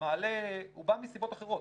הוא בא מסיבות אחרות,